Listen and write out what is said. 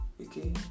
Okay